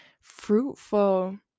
fruitful